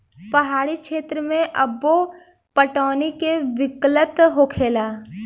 पहाड़ी क्षेत्र मे अब्बो पटौनी के किल्लत होखेला